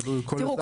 תראו,